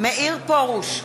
מאיר פרוש,